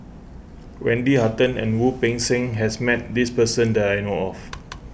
Wendy Hutton and Wu Peng Seng has met this person that I know of